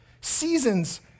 seasons